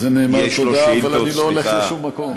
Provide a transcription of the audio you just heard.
על זה נאמר תודה, אבל אני לא הולך לשום מקום.